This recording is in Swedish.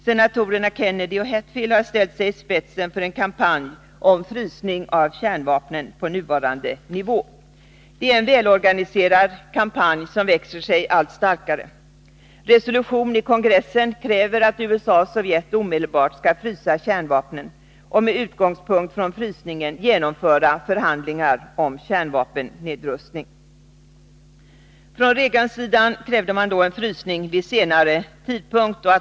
Senatorerna Kennedy och Hatfield har ställt sig i spetsen för en kampanj för frysning av kärnvapnen på nuvarande nivå. Det är en välorganiserad kampanj som växer sig allt starkare. Enligt en resolution i kongressen kräver man att USA och Sovjet omedelbart skall frysa kärnvapnen och, med utgångspunkt i frysningen, genomföra förhandlingar om kärnvapennedrustning. Från Reagansidan har man krävt en frysning vid en senare tidpunkt.